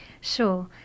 Sure